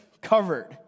Covered